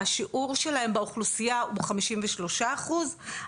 השיעור שלהם באוכלוסייה הוא 53 אחוז,